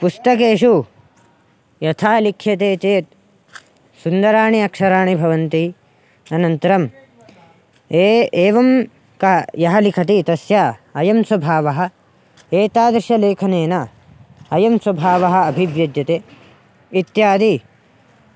पुस्तकेषु यथा लिख्यते चेत् सुन्दराणि अक्षराणि भवन्ति अनन्तरं ये एवं क यः लिखति तस्य अयं स्वभावः एतादृशलेखनेन अयं स्वभावः अभिव्यज्यते इत्यादि